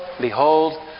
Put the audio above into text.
Behold